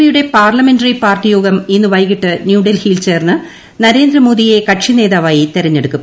P യുടെ parliamentary party യോഗം ഇന്ന് വൈകിട്ട് ന്യൂഡൽഹിയിൽ ചേർന്ന് നരേന്ദ്രമോദിയെ കക്ഷിനേതാവായി തെരഞ്ഞെടുക്കും